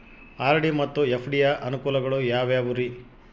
RD ಮತ್ತು FD ಯ ಅನುಕೂಲಗಳು ಯಾವ್ಯಾವುರಿ?